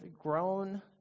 grown